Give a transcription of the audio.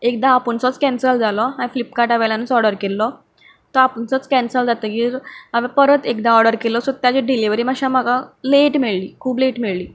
एकदां आपूणच कॅन्सल जालो हांवें फ्लिपर्काटा वयल्यानच ओर्डर केल्लो तो आपूणच कॅनसल जातकच हांवें परत एकदा ओर्डर केलो सो ताजी डिलिवरी म्हाका मातशी लेट मेळ्ळी खूब लेट मेळ्ळी